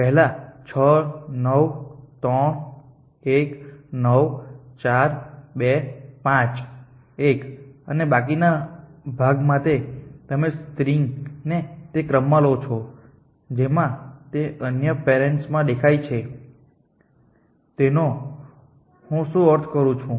પહેલા 6 9 3 1 9 4 2 5 1 અને બાકીના ભાગ માટે તમે સ્ટ્રીંગને તે ક્રમમાં લો છો જેમાં તે અન્ય પેરેન્ટ્સ માં દેખાય છે તેનો હું શું અર્થ કરું છું